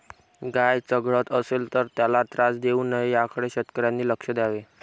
गाय चघळत असेल तर त्याला त्रास देऊ नये याकडे शेतकऱ्यांनी लक्ष द्यावे